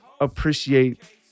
Appreciate